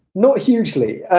no, hugely.